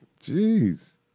jeez